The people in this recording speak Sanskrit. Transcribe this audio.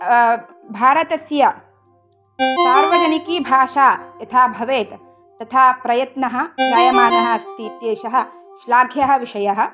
भारतस्य सार्वजनिकी भाषा यथा भवेत् तथा प्रयत्नः जायमानः अस्ति इत्येषः श्लाघ्यः विषयः